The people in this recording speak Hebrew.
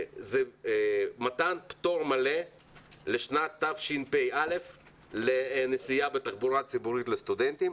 מתן פטור מלא לשנת תשפ"א לנסיעה בתחבורה ציבורית לסטודנטים,